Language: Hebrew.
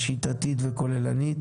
שיטתית וכוללנית,